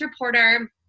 reporter